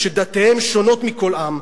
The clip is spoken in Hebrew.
"'שדתיהם שונות מכל עם'.